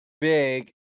big